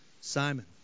Simon